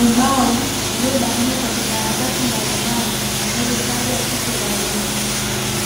Ubao uliobandikwa vikaratasi mbalimbali vinavyotaja siku za wiki: